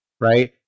right